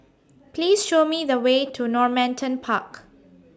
Please Show Me The Way to Normanton Park